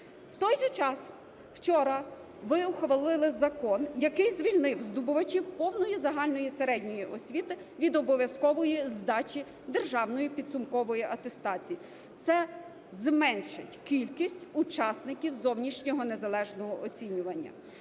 В той же час вчора ви ухвалили закон, який звільнив здобувачів повної загальної середньої освіти від обов'язкової здачі державної підсумкової атестації. Це зменшить кількість учасників зовнішнього незалежного оцінювання.